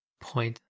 point